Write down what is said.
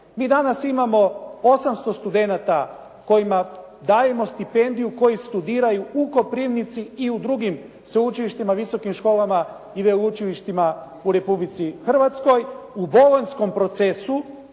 Mi danas imamo 800 studenata kojima dajemo stipendiju koji studiraju u Koprivnici i u drugim sveučilištima, visokim školama i veleučilištima u Republici Hrvatskoj, u bolonjskom procesu